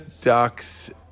ducks